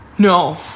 No